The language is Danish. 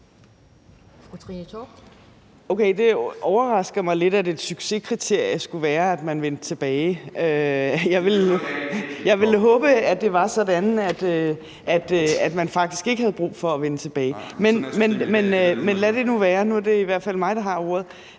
Det overrasker mig lidt, at et succeskriterie skulle være, at man vendte tilbage. Jeg ville håbe, at det var sådan, at man faktisk ikke havde brug for at vende tilbage. (Ole Birk Olesen (LA) afbryder fra